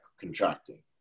contracting